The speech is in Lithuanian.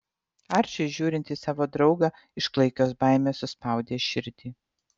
arčiui žiūrint į savo draugą iš klaikios baimės suspaudė širdį